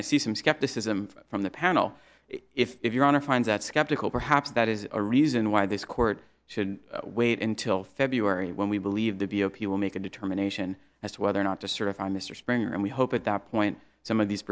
i see some skepticism from the panel if your honor finds that skeptical perhaps that is a reason why this court should wait until february when we believe the v o p will make a determination as to whether or not to certify mr springer and we hope at that point some of these